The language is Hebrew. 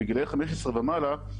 בני 15 ומעלה,